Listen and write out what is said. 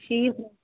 ٹھیٖک حظ